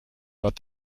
but